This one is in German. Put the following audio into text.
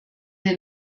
den